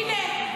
הינה,